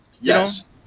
Yes